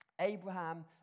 Abraham